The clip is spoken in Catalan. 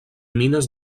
mines